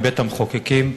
מבית-המחוקקים,